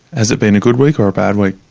has it been a good week or a bad week?